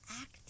act